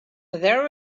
there